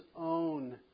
own